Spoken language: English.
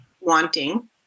wanting